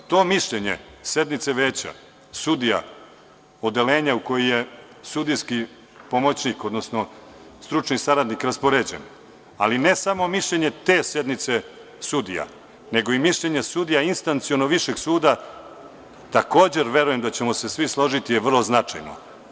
To mišljenje sednice veća sudija, odeljenja u koji je sudijski pomoćnik, odnosno stručni saradnik raspoređen, ali ne samo mišljenje te sednice sudija, nego i mišljenje sudija instacionog višeg suda takođe verujem da ćemo se svi složiti je vrlo značajno.